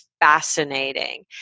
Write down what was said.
fascinating